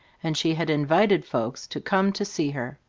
and she had invited folks to come to see her.